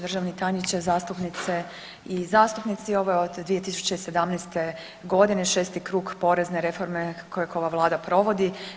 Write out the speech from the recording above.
Državni tajniče, zastupnice i zastupnici ovo je od 2017. godine 6 krug porezne reforme kojeg ova vlada provodi.